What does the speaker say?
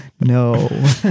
No